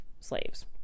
slaves